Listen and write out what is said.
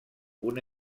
una